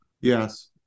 Yes